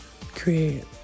Create